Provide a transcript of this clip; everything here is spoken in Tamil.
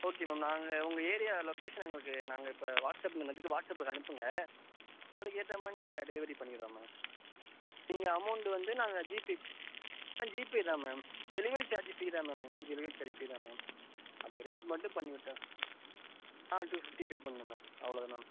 ஓகே மேம் நாங்கள் உங்கள் ஏரியா லொக்கேஷன் எங்களுக்கு நாங்கள் இப்போ வாட்ஸ்அப் நு இதுக்கு வாட்ஸ்அப்புக்கு அனுப்புங்கள் அதுக்கு ஏற்ற மாதிரி நாங்கள் டெலிவரி பண்ணிர்றோம் மேம் நீங்கள் அமௌண்டு வந்து நாங்கள் ஜிபே ஆ ஜிபே தான் மேம் டெலிவரி சார்ஜி ஃப்ரீ தான் மேம் டெலிவரி சார்ஜி ஃப்ரீ தான் மேம் அதுக்கு ரேட் மட்டும் பண்ணிவிட்டா ஆ டூ ஃபிஃப்டி பே பண்னும் மேம் அவ்வளோ தான் மேம்